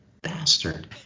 bastard